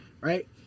right